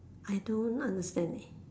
I don't understand eh